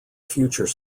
future